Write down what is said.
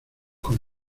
con